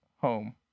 home